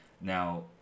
Now